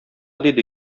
диде